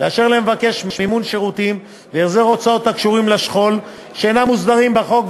לאשר למבקש מימון שירותים והחזר הוצאות הקשורים לשכול שאינם מוסדרים בחוק,